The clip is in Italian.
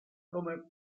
come